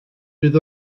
bydd